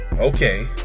okay